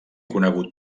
conegut